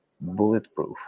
bulletproof